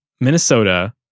Minnesota